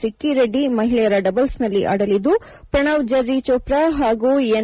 ಸಿಕ್ಕಿರೆಡ್ಡಿ ಮಹಿಳೆಯರ ಡಬಲ್ಸ್ನಲ್ಲಿ ಆಡಲಿದ್ದು ಪ್ರಣವ್ ಜರ್ರಿ ಚೋಪ್ರಾ ಹಾಗೂ ಎನ್